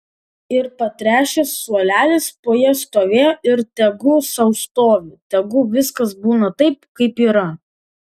ir patręšęs suolelis po ja stovėjo ir tegu sau stovi tegu viskas būna taip kaip yra